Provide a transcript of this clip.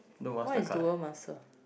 what is dual-master